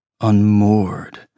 unmoored